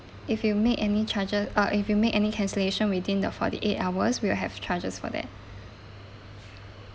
if you make any charges uh if you make any cancellation within the forty eight hours we will have charges for that